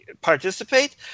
participate